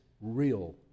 Real